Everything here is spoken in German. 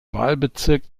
wahlbezirk